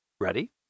Ready